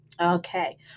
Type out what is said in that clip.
Okay